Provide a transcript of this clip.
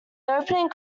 opening